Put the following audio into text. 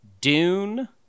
Dune